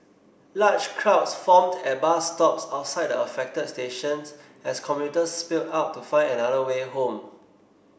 large crowds formed at bus stops outside the affected stations as commuters spilled out to find another way home